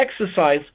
exercise